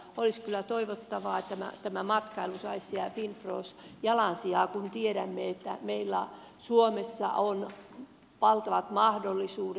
olisi kyllä toivottavaa että tämä matkailu saisi siellä finprossa jalansijaa kun tiedämme että meillä suomessa on valtavat mahdollisuudet